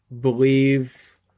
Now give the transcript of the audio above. believe